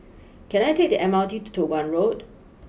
can I take the M R T to Toh Guan Road